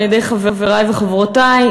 על-ידי חברי וחברותי,